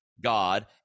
God